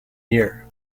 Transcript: year